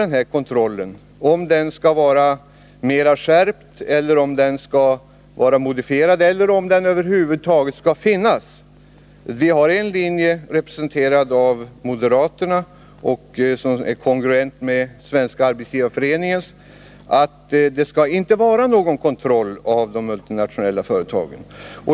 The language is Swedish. Det gäller om kontrollen skall vara mera skärpt eller om den skall vara modifierad eller om den över huvud taget skall finnas. Det finns en linje, representerad av moderaterna, som är kongruent med Svenska arbetsgivareföreningens linje och som går ut på att det inte skall vara någon kontroll av de multinationella företagen.